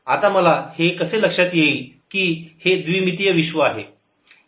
आता मला हे कसे लक्षात येईल की हे द्विमितीय विश्व आहे